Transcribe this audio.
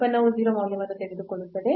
ಉತ್ಪನ್ನವು 0 ಮೌಲ್ಯವನ್ನು ತೆಗೆದುಕೊಳ್ಳುತ್ತದೆ